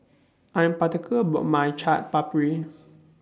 I'm particular about My Chaat Papri